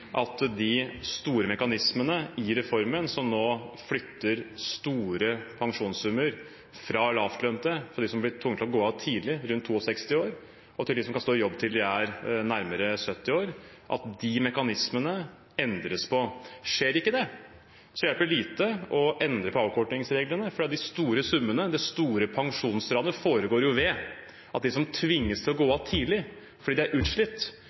at de store mekanismene i reformen, som nå flytter store pensjonssummer fra lavtlønnede, de som blir tvunget til å gå av tidlig, ved rundt 62 år, til dem som kan stå i jobb til de er nærmere 70 år, endres på. Skjer ikke det, hjelper det lite å endre på avkortingsreglene, for det store pensjonsranet foregår jo ved at de som tvinges til å gå av tidlig fordi de er utslitt,